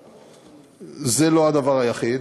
זה לא הדבר היחיד.